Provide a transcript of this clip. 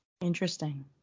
Interesting